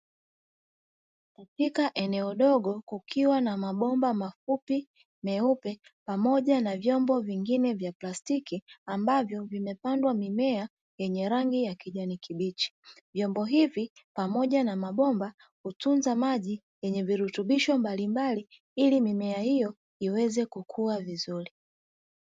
Katika eneo dogo kukiwa na mabomba mafupi meupe pamoja na vyombo vingine vya plastiki ambavyo vimepandwa mimea yenye rangi ya kijani kibichi, vyombo hivi pamoja na mabomba hutunza maji yenye virutubisho mbalimbali ili mimea hiyo iweze kukua vizuri.